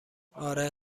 آره